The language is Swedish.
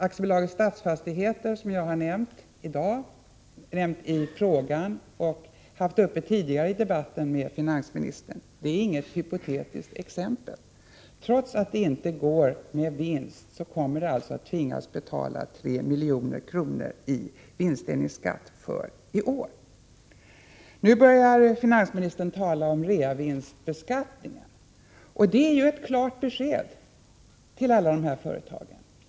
AB Stadsfastigheter, som jag har nämnt i dag, nämnt i frågan och också tidigare debatterat med finansministern, är inget hypotetiskt exempel. Trots att bolaget inte går med vinst kommer det alltså att tvingas betala 3 milj.kr. i vinstdelningsskatt för i år. Nu börjar finansministern tala om reavinstsbeskattningen. Det är ett klart besked till alla dessa företag.